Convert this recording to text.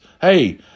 Hey